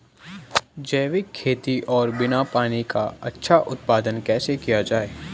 जैविक खेती और बिना पानी का अच्छा उत्पादन कैसे किया जाए?